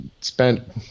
spent